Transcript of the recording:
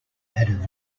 had